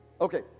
Okay